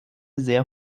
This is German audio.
sehr